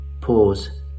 Pause